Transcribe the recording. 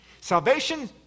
Salvation